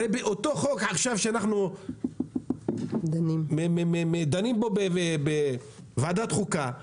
הרי באותו חוק שאנחנו דנים בו עכשיו בוועדת החוקה,